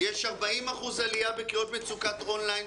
יש 40% עליה בקריאות מצוקת און-ליין.